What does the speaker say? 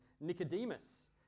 Nicodemus